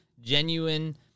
Genuine